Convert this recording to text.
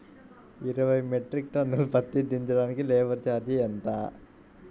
ఇరవై metric ton పత్తి దించటానికి లేబర్ ఛార్జీ ఎంత?